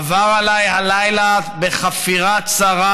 עבר עליי הלילה בחפירה צרה,